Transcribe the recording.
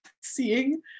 seeing